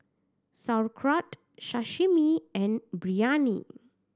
Sauerkraut Sashimi and Biryani